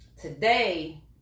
today